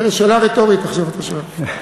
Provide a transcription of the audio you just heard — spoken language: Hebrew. זו שאלה רטורית, עכשיו אתה שואל.